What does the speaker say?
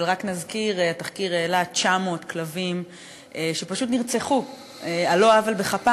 אבל רק נזכיר שהתחקיר העלה ש-900 כלבים פשוט נרצחו על לא עוול בכפם,